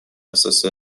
اساس